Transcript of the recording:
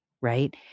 right